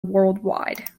worldwide